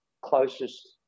closest